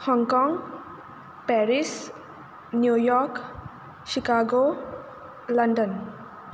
Hong Kong Paris New York Chicago London